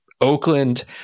Oakland